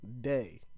day